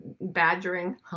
badgering